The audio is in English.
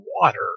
water